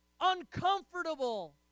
uncomfortable